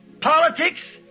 politics